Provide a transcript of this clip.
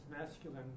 masculine